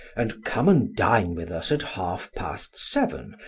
and come and dine with us at half past seven,